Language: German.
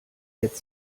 jetzt